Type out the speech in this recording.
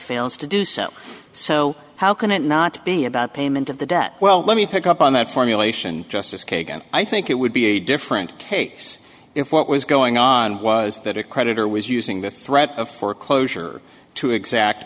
fails to do so so how can it not be about payment of the debt well let me pick up on that formulation justice kagan i think it would be a different case if what was going on was that a creditor was using the threat of foreclosure to exact